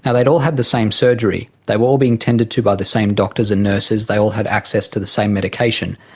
and they'd all had the same surgery, they were being tended to by the same doctors and nurses, they all had access to the same medication,